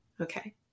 Okay